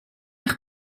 eich